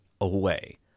away